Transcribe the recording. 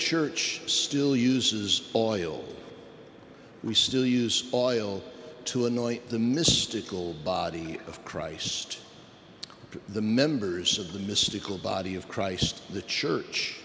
church still uses oil we still use oil to annoy the mystical body of christ the members of the mystical body of christ the church